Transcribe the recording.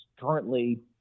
currently